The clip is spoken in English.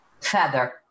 feather